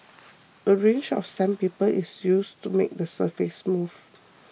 a range of sandpaper is used to make the surface smooth